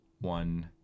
one